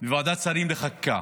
בוועדת השרים לחקיקה.